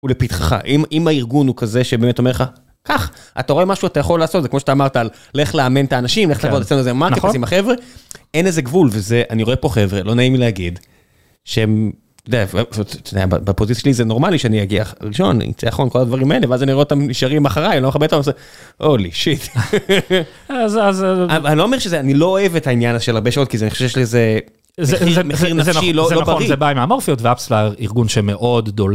ולפתחה. אם הארגון הוא כזה שבאמת אומר לך "קח. אתה רואה משהו אתה יכול לעשות". זה כמו שאתה אמרת על "לך לאמן את האנשים". אין לזה גבול, וזה... אני רואה פה חברה... לא נעים לי להגיד. שהם... אתה יודע... בפוזיציה שלי זה נורמלי שאני אגיע הכי ראשון, אצא אחרון, כל הדברים האלה... ואז אני רואה אותם נשארים אחריי. אני לא מכבה את האור... ואני עושה "הולי שיט!". אז אז אז... אני לא ש... זה... אני לא אוהב את העניין הזה של הרבה שעות כי זה... אני חושב שיש לזה מחיר נפשי, לא בריא... זה נכון זה בא עם האמורפיות ו-AppsFlyer ארגון שמאוד עולה...